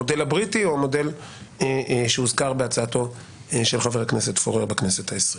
המודל הבריטי או מודל שהוזכר בהצעתו של חבר הכנסת פורר בכנסת ה-20.